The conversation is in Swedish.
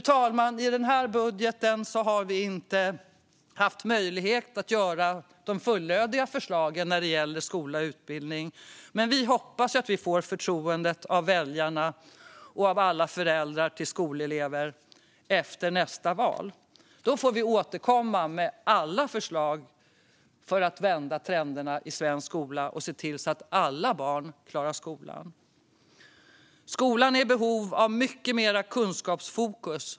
I den här budgeten har vi dock inte haft möjlighet att göra de fullödiga förslagen när det gäller skola och utbildning, men vi hoppas att vi får förtroendet av väljarna och av alla föräldrar till skolelever efter nästa val. Då får vi återkomma med alla förslag för att vända trenderna i svensk skola och se till att alla barn klarar skolan. Skolan är i behov av mycket mer kunskapsfokus.